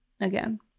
Again